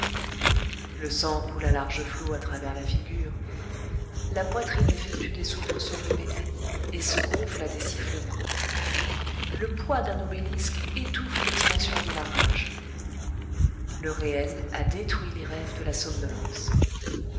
le sang coule à large flots à travers la figure la poitrine effectue des soubresauts répétés et se gonfle à des sifflements le poids d'un obélisque étouffe l'expansion de la rage le réel a détruit les rêves de la somnolence